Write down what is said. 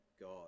God